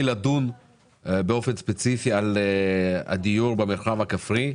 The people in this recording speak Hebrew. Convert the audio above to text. לדון באופן ספציפי על הדיור במרחב הכפרי.